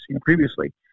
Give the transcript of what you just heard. previously